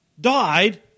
died